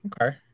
Okay